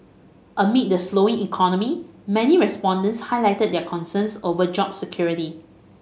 amid the slowing economy many respondents highlighted their concerns over job security